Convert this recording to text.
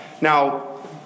now